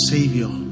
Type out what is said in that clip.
Savior